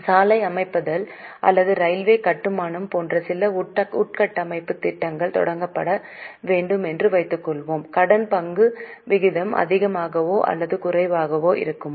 சாலை அமைத்தல் அல்லது ரயில்வே கட்டுமானம் போன்ற சில உள்கட்டமைப்பு திட்டங்கள் தொடங்கப்பட வேண்டும் என்று வைத்துக்கொள்வோம் கடன் பங்கு விகிதம் அதிகமாகவோ அல்லது குறைவாகவோ இருக்குமா